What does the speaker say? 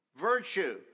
virtue